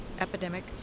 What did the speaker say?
epidemic